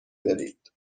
دارید